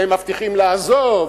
והם מבטיחים לעזוב,